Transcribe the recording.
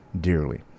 dearly